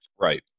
Right